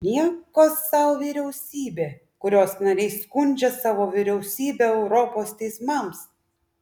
nieko sau vyriausybė kurios nariai skundžia savo vyriausybę europos teismams